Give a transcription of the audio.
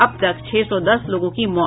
अब तक छह सौ दस लोगों की मौत